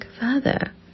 further